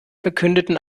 verkündeten